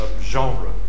genre